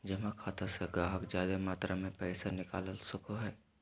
जमा खाता से गाहक जादे मात्रा मे पैसा निकाल सको हय